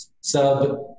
sub